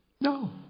No